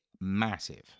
massive